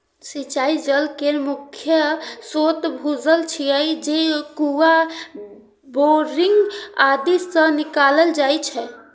सिंचाइ जल केर मुख्य स्रोत भूजल छियै, जे कुआं, बोरिंग आदि सं निकालल जाइ छै